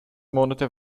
monate